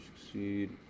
succeed